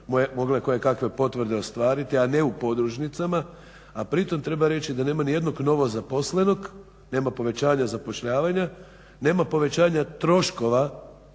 mogle koje kakve potvrde ostvariti a ne u podružnicama, a pri tome treba reći da nema nijednog novozaposlenog, nema povećavanja zapošljavanja nema povećanja troškova